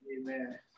Amen